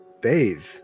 bathe